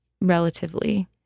relatively